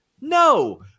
No